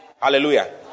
Hallelujah